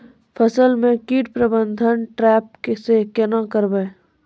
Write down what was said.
फसल म कीट प्रबंधन ट्रेप से केना करबै?